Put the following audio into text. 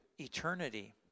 eternity